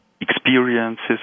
experiences